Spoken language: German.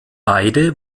beide